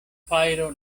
fajro